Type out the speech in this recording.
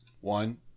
One